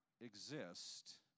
exist